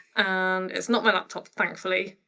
and it's not my laptop thankfully.